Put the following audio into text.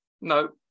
no